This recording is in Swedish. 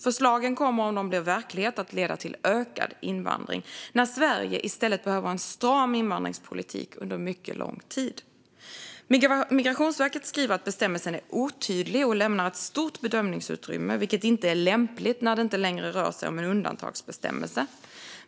Förslagen kommer, om de blir verklighet, att leda till ökad invandring när Sverige i stället behöver en stram invandringspolitik under mycket lång tid. Migrationsverket skriver att bestämmelsen är otydlig och lämnar ett stort bedömningsutrymme, vilket inte är lämpligt när det inte längre rör sig om en undantagsbestämmelse.